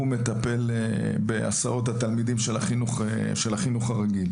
הוא מטפל בהסעות התלמידים של החינוך הרגיל.